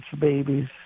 babies